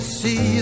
see